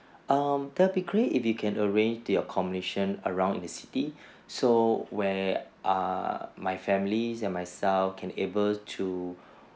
um that'll be great if you can arrange the accommodation around in the city so where err my family and myself can able to